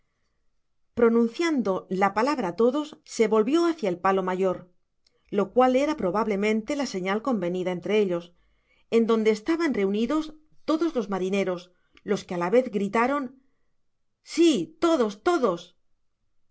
pronunciando la palabra todos se volvió hácia el palo mayor lo cual era probablemente la señal convenida entre ellos en donde estaban reunidos todos ios marineros los que á la vez gritaron todo todosh